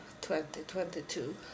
2022